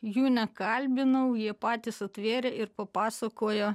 jų nekalbinau jie patys atvėrė ir papasakojo